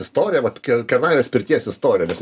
istorija vat ker kernavės pirties istorija